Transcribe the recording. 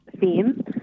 theme